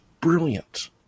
brilliant